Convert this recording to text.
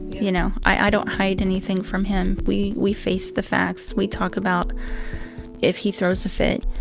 you know, i don't hide anything from him we. we face the facts. we talk about if he throws a fit,